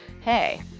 hey